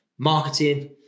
marketing